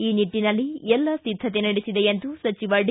ಆ ನಿಟ್ಟನಲ್ಲಿ ಎಲ್ಲ ಸಿದ್ಧತೆ ನಡೆಸಿದೆ ಎಂದು ಸಚಿವ ಡಿ